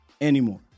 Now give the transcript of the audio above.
anymore